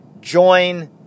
join